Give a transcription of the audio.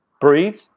breathe